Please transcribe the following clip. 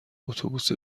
اتوبوس